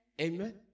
Amen